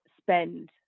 spend